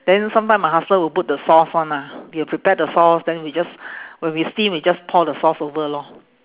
then sometime my husband will put the sauce one ah he will prepare the sauce then we just when we steam we just pour the sauce over lor